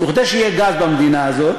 וכדי שיהיה גז במדינה הזאת,